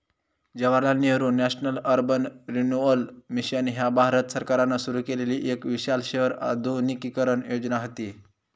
Jawaharlal Nehru national urban renewal mission ह्या भारत सरकारान सुरू केलेली एक विशाल शहर आधुनिकीकरण योजना व्हती